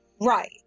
Right